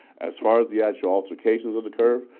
as far as the actual altercations of the curve,